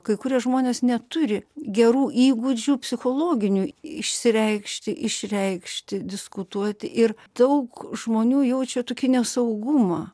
kai kurie žmonės neturi gerų įgūdžių psichologinių išsireikšti išreikšti diskutuoti ir daug žmonių jaučia tokį nesaugumą